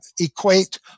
equate